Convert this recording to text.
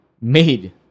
made